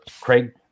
Craig